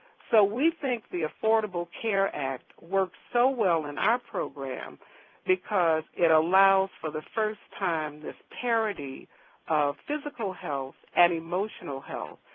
so we think the affordable care act works so well in our program because it allows for the first time this parity of physical health and emotional health.